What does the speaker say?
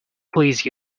please